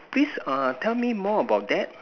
please err tell me more about that